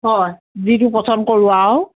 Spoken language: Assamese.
হয় যিটো পচন্দ কৰোঁ আৰু